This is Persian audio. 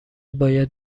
باید